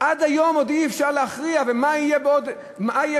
עד היום עוד אי-אפשר להכריע, ומה יהיה בעוד תקופה?